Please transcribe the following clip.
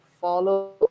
follow